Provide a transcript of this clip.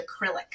acrylic